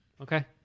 Okay